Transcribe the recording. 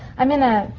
i'm in a.